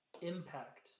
impact